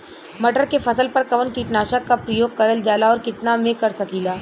मटर के फसल पर कवन कीटनाशक क प्रयोग करल जाला और कितना में कर सकीला?